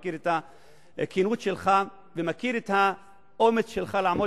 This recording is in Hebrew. מכיר את הכנות שלך ומכיר את האומץ שלך לעמוד